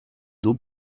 dos